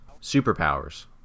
Superpowers